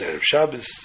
Shabbos